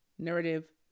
narrative